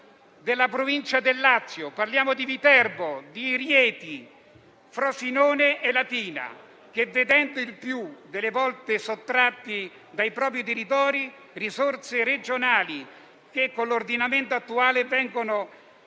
della provincia del Lazio. Parliamo di Viterbo, Rieti, Frosinone e Latina che il più delle volte vedono sottratte dai propri territori risorse regionali che con l'ordinamento attuale vengono